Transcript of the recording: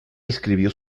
escribió